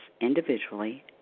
individually